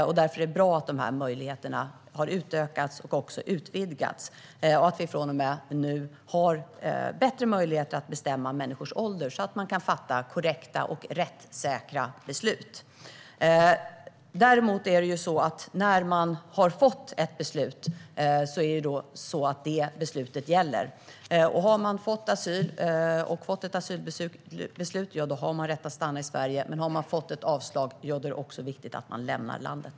Det är bra att möjligheterna har utökats och också utvidgats och att vi från och med nu har bättre möjligheter att bestämma människors ålder, så att man kan fatta korrekta och rättssäkra beslut. Däremot är det så att när man har fått ett beslut gäller det beslutet. Har man fått asyl har man rätt att stanna i Sverige. Men har man fått ett avslag är det viktigt att man lämnar landet.